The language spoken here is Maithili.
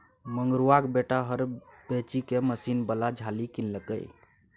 मंगरुआक बेटा हर बेचिकए मशीन बला झालि किनलकै